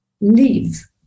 Leave